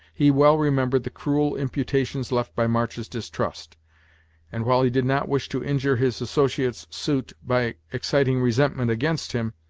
he well remembered the cruel imputations left by march's distrust and, while he did not wish to injure his associate's suit by exciting resentment against him,